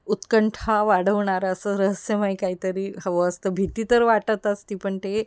उत्कंठा वाढवणारा असं रहस्यमय काहीतरी हवं असतं भीती तर वाटत असते पण ते